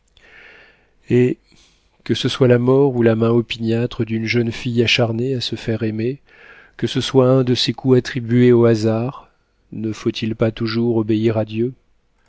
eh que ce soit la mort ou la main opiniâtre d'une jeune fille acharnée à se faire aimer que ce soit un de ces coups attribués au hasard ne faut-il pas toujours obéir à dieu